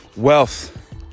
wealth